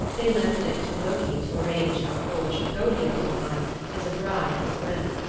they left it to loki to arrange how thor should go to jotunheim as a bride for thrym.